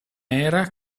era